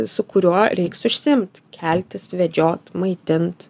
su kuriuo reiks užsiimt keltis vedžiot maitint